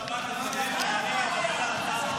זה סימבולי שראש השב"כ הקודם ידבר על הצעת החוק.